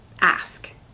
ask